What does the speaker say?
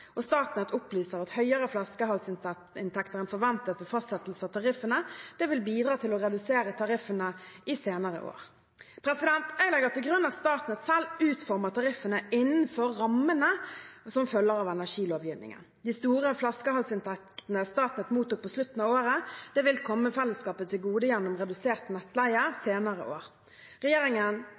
Statnett opplyser at høyere flaskehalsinntekter enn forventet ved fastsettelse av tariffene vil bidra til å redusere tariffene i senere år. Jeg legger til grunn at Statnett selv utformer tariffene innenfor rammene som følger av energilovgivningen. De store flaskehalsinntektene Statnett mottok på slutten av året, vil komme fellesskapet til gode gjennom redusert nettleie senere år. Regjeringen